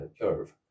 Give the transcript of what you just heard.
curve